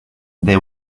they